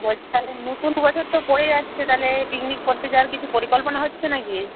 বলছি তাহলে নতুন বছর তো পড়ে যাচ্ছে তাহলে পিকনিক করতে যাওয়ার কিছু পরিকল্পনা হচ্ছে না কি